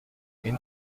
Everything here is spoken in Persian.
این